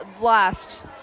last